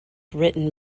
written